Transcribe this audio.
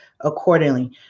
accordingly